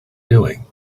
doing